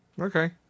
Okay